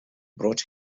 brought